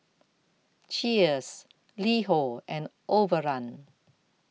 Cheers LiHo and Overrun